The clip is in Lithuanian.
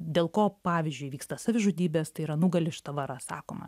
dėl ko pavyzdžiui įvyksta savižudybės tai yra nugali šita vara sakoma